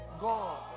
God